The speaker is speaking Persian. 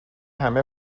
همه